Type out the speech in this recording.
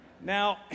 Now